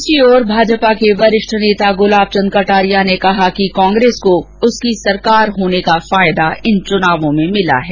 दूसरी ओर भाजपा के वरिष्ठ नेता गुलाब चन्द कटारिया ने कहा कि कांग्रेस को उसकी सरकार होने का फायदा इन चुनावों में मिला है